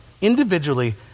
individually